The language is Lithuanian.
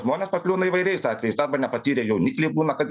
žmonės pakliūna įvairiais atvejais arba nepatyrę jaunikliai būna kad